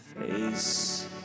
Face